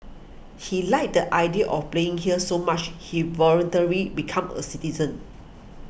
he liked the idea of playing here so much he voluntarily become a citizen